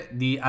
di